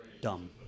Dumb